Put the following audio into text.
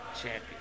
Champion